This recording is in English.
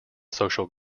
social